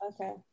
Okay